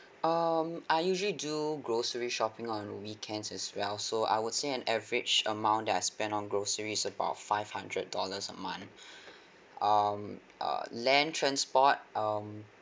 um I usually do grocery shopping on weekends as well so I would say an average amount that I spend on grocery is about five hundred dollars a month um uh land transport um